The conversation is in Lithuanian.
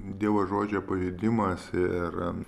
dievo žodžio pažeidimas ir